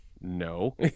No